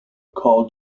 carl